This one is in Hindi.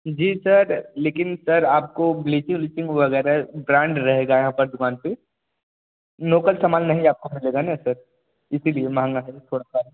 जी सर लेकिन सर आपको ब्लीचिंग उलीचिंग वैगरह ब्रांड रहेगा यहाँ पर दुकान पे लोकल सामान नहीं आपको मिलेगा ना सर इसीलिए मंहगा है थोड़ा सा